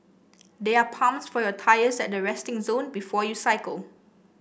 there are pumps for your tyres at the resting zone before you cycle